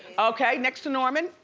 okay, next to norman.